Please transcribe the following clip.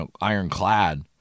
ironclad